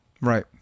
right